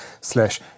slash